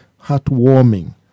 heartwarming